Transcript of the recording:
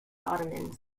ottomans